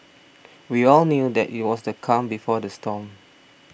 we all knew that it was the calm before the storm